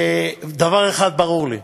ודבר אחד ברור לי,